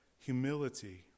humility